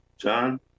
John